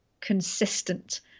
consistent